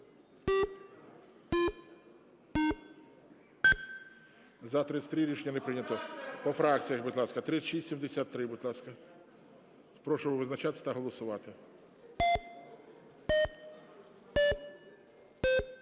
За-33 Рішення не прийнято. По фракціях, будь ласка. 3673, будь ласка, прошу визначатись та голосувати.